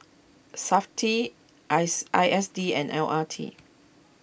SAFTI eyes I S D and L R T